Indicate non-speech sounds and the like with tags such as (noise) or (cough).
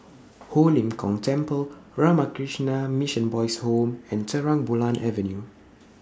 (noise) Ho Lim Kong Temple Ramakrishna Mission Boys' Home and Terang Bulan Avenue